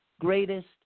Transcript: greatest